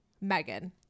Megan